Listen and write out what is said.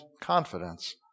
confidence